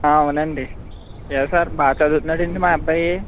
అవునండి ఏం సార్ బాగా చదువుతున్నాడా అండి మా అబ్బాయి